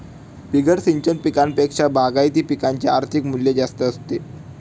बिगर सिंचन पिकांपेक्षा बागायती पिकांचे आर्थिक मूल्य जास्त असते